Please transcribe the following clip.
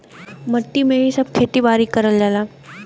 मट्टी में ही सब खेती बारी करल जाला